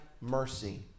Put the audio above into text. mercy